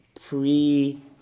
pre